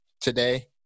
today